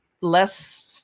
less